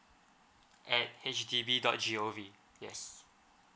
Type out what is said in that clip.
at H D B dot G_O_V yes